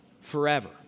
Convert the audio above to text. forever